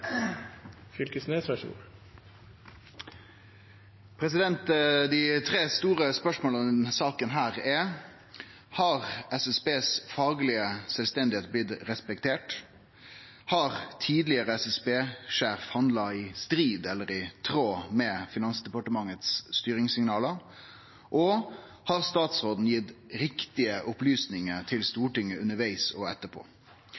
Har det faglege sjølvstendet til SSB blitt respektert? Har den tidlegare SSB-sjefen handla i strid med eller i tråd med styringssignala frå Finansdepartementet? Og har statsråden gitt riktige opplysningar til Stortinget undervegs og etterpå? For å få svar på